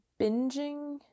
binging